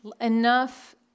enough